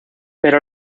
pero